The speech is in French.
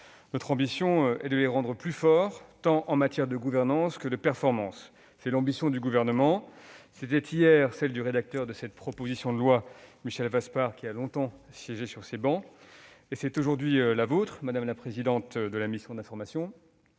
Notre ambition est de les rendre plus forts, tant en matière de gouvernance que de performance. Telle est l'ambition du Gouvernement. C'était hier celle du rédacteur de cette proposition de loi, Michel Vaspart, qui a longtemps siégé sur ces travées. C'est aujourd'hui la vôtre, madame la présidente de la mission d'information,